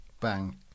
Bang